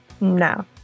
No